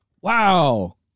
Wow